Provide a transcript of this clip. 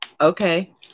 Okay